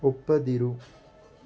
ಒಪ್ಪದಿರು